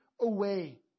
away